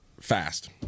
fast